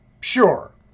Sure